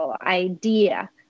idea